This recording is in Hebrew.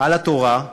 על התורה,